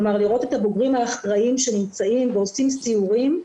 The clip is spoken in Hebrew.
לראות את הבוגרים האחראים שנמצאים ועושים סיורים,